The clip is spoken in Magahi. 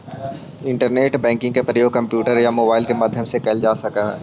इंटरनेट बैंकिंग के प्रयोग कंप्यूटर या मोबाइल के माध्यम से कैल जा सकऽ हइ